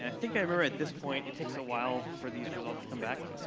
and think i'm sure at this point, it takes a while for these results to come back,